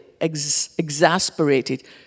exasperated